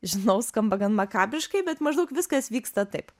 žinau skamba gan makabriškai bet maždaug viskas vyksta taip